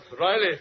Riley